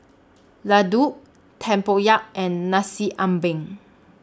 Laddu Tempoyak and Nasi Ambeng